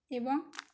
এবং